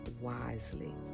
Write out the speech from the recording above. wisely